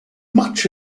much